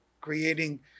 creating